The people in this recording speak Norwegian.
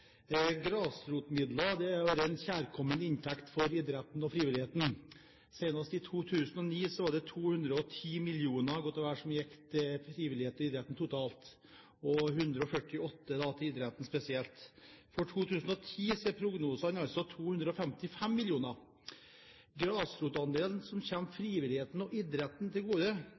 Grasrotmidler har vært en kjærkommen inntekt for idretten og frivilligheten. Senest i 2009 gikk godt og vel 210 mill. kr til frivilligheten og idretten totalt – og 148 mill. kr til idretten spesielt. For 2010 er prognosene 255 mill. kr. Grasrotandelen kommer frivilligheten og idretten til gode,